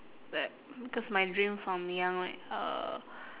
but because my dream from young right uh